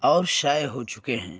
اور شائع ہو چکے ہیں